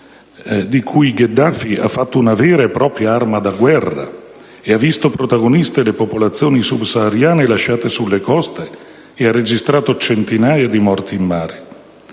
di cui Gheddafi ha fatto una vera e propria arma da guerra, che ha visto protagoniste le popolazioni subsahariane lasciate sulle coste ed ha registrato centinaia di morti in mare.